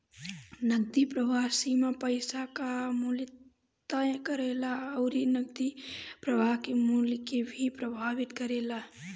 नगदी प्रवाह सीमा पईसा कअ मूल्य तय करेला अउरी नगदी प्रवाह के मूल्य के भी प्रभावित करेला